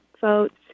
votes